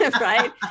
right